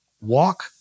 walk